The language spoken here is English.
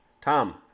Tom